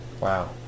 Wow